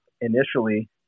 initially